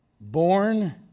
born